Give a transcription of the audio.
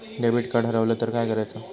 Debit card हरवल तर काय करायच?